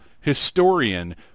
historian